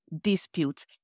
disputes